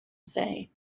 say